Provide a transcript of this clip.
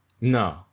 no